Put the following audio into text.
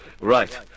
Right